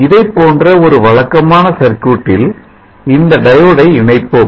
இதைப்போன்ற ஒரு வழக்கமான சர்க்யூட்டில் இந்த diode ஐ இணைப்போம்